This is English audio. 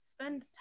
spend